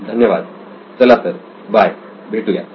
धन्यवाद चला तर बाय भेटूयात